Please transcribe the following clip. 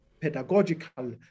pedagogical